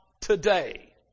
today